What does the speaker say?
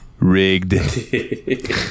Rigged